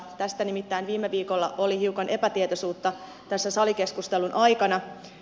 tästä nimittäin viime viikolla oli hiukan epätietoisuutta tässä salikeskustelun aikana